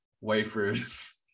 wafers